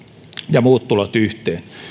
ja muut tulot yhteen